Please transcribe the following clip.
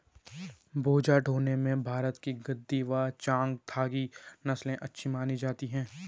बोझा ढोने में भारत की गद्दी व चांगथागी नस्ले अच्छी मानी जाती हैं